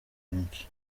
benshi